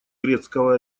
грецкого